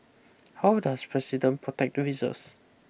how does the president protect the reserves